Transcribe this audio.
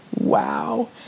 Wow